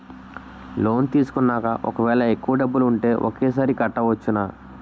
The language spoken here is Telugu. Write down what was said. లోన్ తీసుకున్నాక ఒకవేళ ఎక్కువ డబ్బులు ఉంటే ఒకేసారి కట్టవచ్చున?